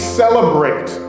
celebrate